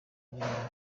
by’imari